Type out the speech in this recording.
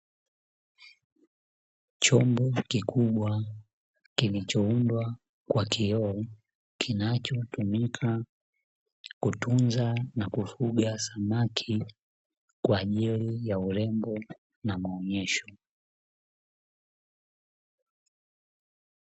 Chombo kikubwa kilichoundwa kwa kioo kinachotumika kutunza na kufuga samaki, kwa ajili ya urembo na maonesho.